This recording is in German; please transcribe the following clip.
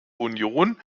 union